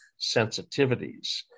sensitivities